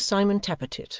mr simon tappertit,